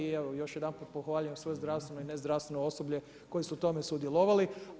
I evo, još jedanput pohvaljujem sve zdravstveno i nezdravstveno osoblje koji su u tome sudjelovali.